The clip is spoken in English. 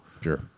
Sure